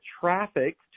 traffic